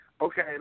Okay